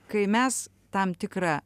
kai mes tam tikrą